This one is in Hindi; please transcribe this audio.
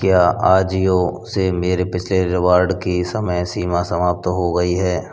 क्या आजिओ से मेरे पिछले रिवार्ड की समय सीमा समाप्त हो गई है